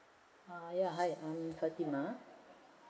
ah ya hi I am fatimah